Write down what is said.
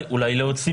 הוא מביס את